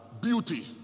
beauty